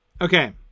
Okay